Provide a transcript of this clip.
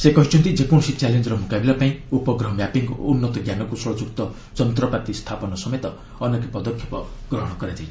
ସେ କହିଛନ୍ତି ଯେକୌଣସି ଚାଲେଞ୍ଜର ମୁକାବିଲା ପାଇଁ ଉପଗ୍ରହ ମ୍ୟାପିଙ୍ଗ୍ ଓ ଉନ୍ନତ ଜ୍ଞାନକୌଶଳଯୁକ୍ତ ଯନ୍ତପାତି ସ୍ଥାପନ ସମେତ ଅନେକ ପଦକ୍ଷେପ ଗ୍ରହଣ କରାଯାଇଛି